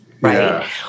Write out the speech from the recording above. Right